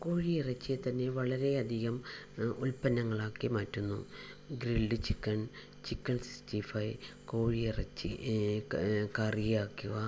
കോഴി ഇറച്ചിയെ തന്നെ വളരെ അധികം ഉൽപ്പന്നങ്ങളാക്കി മാറ്റുന്നു grilled chicken chicken sixty five കോഴിയിറച്ചി കറിയാക്കുക